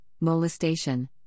molestation